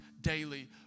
daily